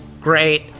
Great